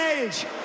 age